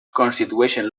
constitueixen